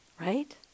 Right